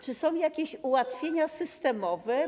Czy są jakieś ułatwienia systemowe?